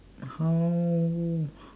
how